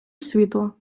світло